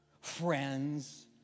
friends